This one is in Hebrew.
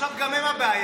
עכשיו גם הם הבעיה.